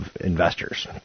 investors